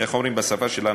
איך אומרים בשפה שלנו?